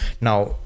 now